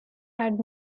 had